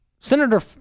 Senator